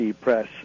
Press